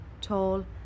tall